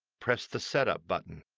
press the setup button.